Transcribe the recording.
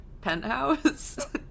penthouse